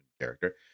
character